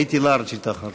הייתי לארג' איתך.